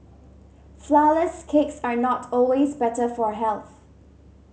flourless cakes are not always better for health